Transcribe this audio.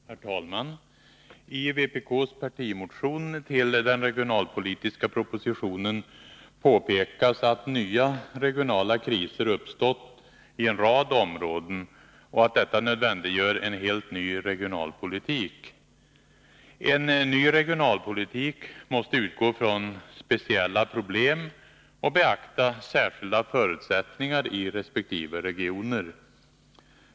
Herr talman! I vpk:s partimotion i anslutning till den regionalpolitiska propositionen påpekas att nya regionala kriser uppstått i en rad områden och att detta nödvändiggör en helt ny regionalpolitik. En ny regionalpolitik måste utgå från speciella problem och beakta särskilda förutsättningar i resp. regioner.